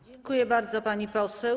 Dziękuję bardzo, pani poseł.